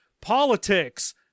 politics